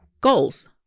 Goals